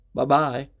Bye-bye